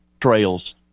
trails